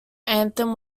anthem